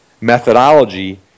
methodology